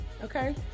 Okay